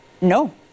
No